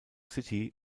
city